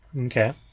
Okay